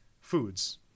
foods